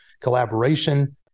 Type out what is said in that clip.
collaboration